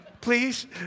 please